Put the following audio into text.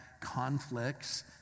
conflicts